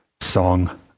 song